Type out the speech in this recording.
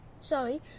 Sorry